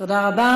תודה רבה.